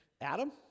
Adam